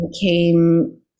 came